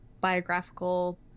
Biographical